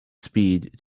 speed